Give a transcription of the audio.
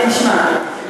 תשמע,